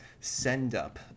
send-up